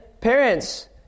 parents